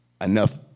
enough